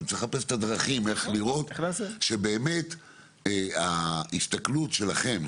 צריך לחפש את הדרכים איך לראות שבאמת ההסתכלות שלכם,